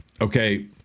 Okay